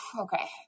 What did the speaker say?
okay